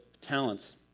talents